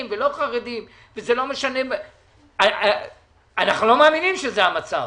ולא חרדים אנחנו לא מאמינים שזה המצב.